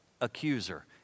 accuser